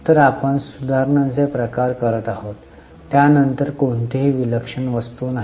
तर आपण सुधारण्याचे प्रकार करत आहात त्यानंतर कोणतीही विलक्षण वस्तू नाही